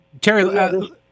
Terry